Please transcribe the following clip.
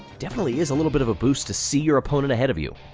definitely is a little bit of a boost to see your opponent ahead of you.